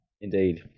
Indeed